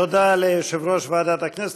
תודה ליושב-ראש ועדת הכנסת.